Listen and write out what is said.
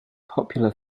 popular